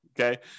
Okay